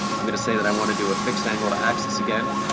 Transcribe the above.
i'm gonna say that i wanna do a fixed angle to axis again,